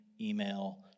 email